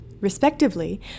respectively